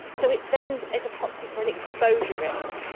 so it then is a proxy for an exposure risk.